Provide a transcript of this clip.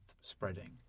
spreading